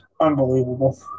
Unbelievable